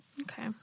Okay